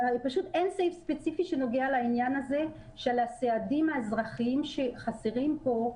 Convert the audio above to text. פשוט אין סעיף ספציפי שנוגע לעניין הזה של הסעדים האזרחיים שחסרים פה.